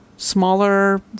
Smaller